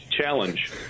challenge